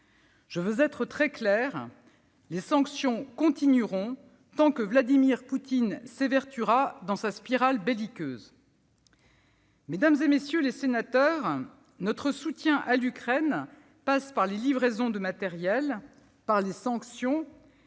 Je veux être très claire : les sanctions continueront tant que Vladimir Poutine s'évertuera dans sa spirale belliqueuse. Mesdames, messieurs les sénateurs, notre soutien à l'Ukraine passe par les livraisons de matériel, par les sanctions,